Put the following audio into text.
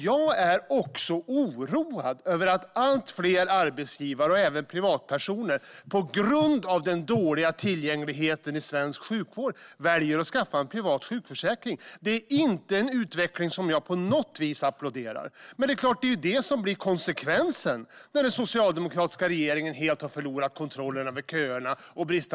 Jag är oroad över att allt fler arbetsgivare och även privatpersoner på grund av den dåliga tillgängligheten i svensk sjukvård väljer att skaffa privat sjukförsäkring. Det är en utveckling som jag inte på något vis applåderar. Men det är klart att det blir konsekvensen av den bristande tillgängligheten när den socialdemokratiska regeringen helt har förlorat kontrollen över köerna.